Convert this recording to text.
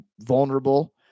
vulnerable